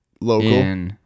Local